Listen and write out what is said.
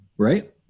Right